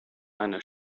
einer